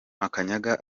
makanyaga